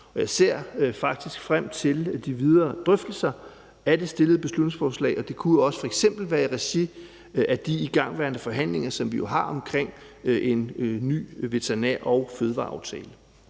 faktisk frem til de videre drøftelser af det stillede beslutningsforslag, og det kunne f.eks. også være i regi af de igangværende forhandlinger, som vi har omkring en ny veterinær- og fødevareaftale.